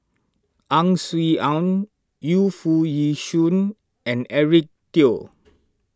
Ang Swee Aun Yu Foo Yee Shoon and Eric Teo